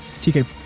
TK